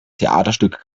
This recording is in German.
theaterstück